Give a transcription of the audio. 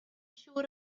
siŵr